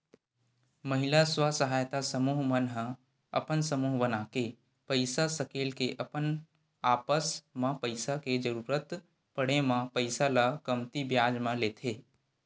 महिला स्व सहायता समूह मन ह अपन समूह बनाके पइसा सकेल के अपन आपस म पइसा के जरुरत पड़े म पइसा ल कमती बियाज म लेथे